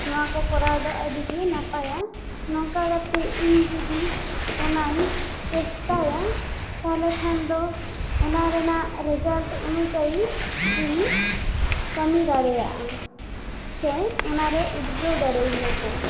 ᱱᱚᱣᱟ ᱠᱚ ᱠᱚᱨᱟᱣ ᱫᱚ ᱟᱹᱰᱤ ᱜᱮ ᱱᱟᱯᱟᱭᱟ ᱱᱚᱝᱠᱟ ᱠᱟᱛᱮ ᱤᱧ ᱡᱩᱫᱤ ᱚᱱᱟᱧ ᱪᱮᱥᱴᱟᱭᱟ ᱛᱟᱦᱚᱞᱮ ᱠᱷᱟᱱ ᱫᱚ ᱚᱱᱟ ᱨᱮᱱᱟᱜ ᱨᱮᱡᱟᱞᱴ ᱚᱱᱚᱩᱡᱟᱭᱤ ᱤᱧᱠᱟᱹᱢᱤ ᱫᱟᱲᱮᱭᱟᱜᱼᱟ ᱥᱮ ᱚᱱᱟ ᱨᱮ ᱩᱫᱽᱜᱟᱹᱣ ᱫᱟᱲᱮᱣᱟᱹᱧᱟᱹ ᱠᱚ